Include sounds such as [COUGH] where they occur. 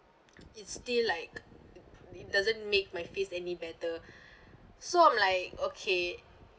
it's still like it doesn't make my face any better [BREATH] so I'm like okay